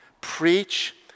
Preach